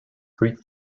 greek